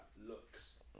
looks